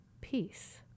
peace